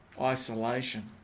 isolation